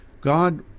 God